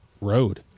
road